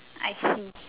I see